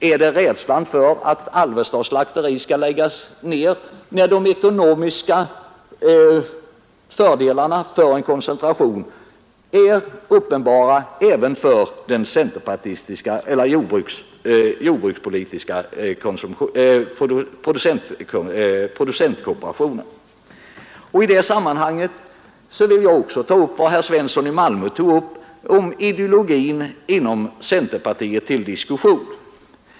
Är det rädslan för att Alvesta slakteri skall läggas ner som ligger bakom när de ekonomiska fördelarna av en koncentration är uppenbara även för Jordbrukets producentkooperation? I detta sammanhang vill jag också i likhet med herr Svensson i Malmö ta upp ideologin inom centerpartiet till diskussion.